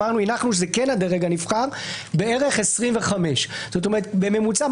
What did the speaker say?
הנחנו שזה כן הדרג הנבחר בערך 25. בממוצע,